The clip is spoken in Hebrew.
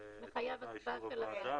היום אפשר לעשות את זה בזום,